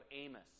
Amos